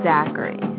Zachary